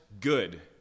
good